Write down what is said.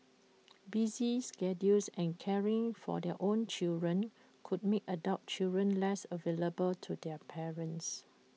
busy schedules and caring for their own children could make adult children less available to their parents